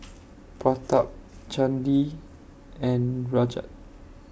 Pratap Chandi and Rajat